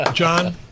John